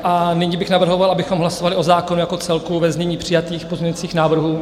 A nyní bych navrhoval, abychom hlasovali o zákonu jako celku ve znění přijatých pozměňovacích návrhů.